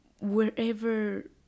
wherever